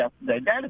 yesterday